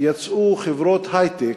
יצאו חברות היי-טק,